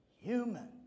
human